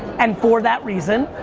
and for that reason,